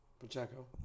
Pacheco